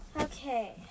Okay